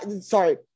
sorry